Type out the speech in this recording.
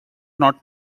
not